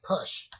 push